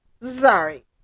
sorry